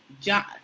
John